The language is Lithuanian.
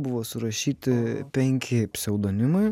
kuriame buvo surašyti penki pseudonimai